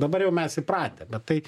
dabar jau mes įpratę bet tai